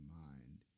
mind